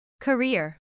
Career